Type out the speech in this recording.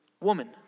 woman